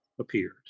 appeared